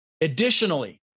additionally